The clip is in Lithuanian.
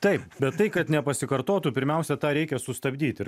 taip bet tai kad nepasikartotų pirmiausia tą reikia sustabdyt ir